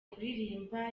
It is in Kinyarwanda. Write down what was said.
kuririmba